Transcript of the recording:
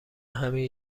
همین